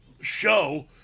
show